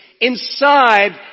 Inside